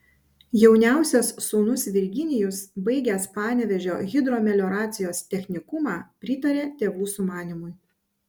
jauniausias sūnus virginijus baigęs panevėžio hidromelioracijos technikumą pritarė tėvų sumanymui